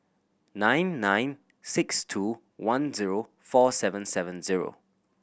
nine nine six two one zero four seven seven zero